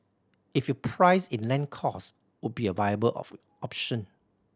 if you price in land costs would be a viable of option